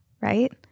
right